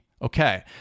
Okay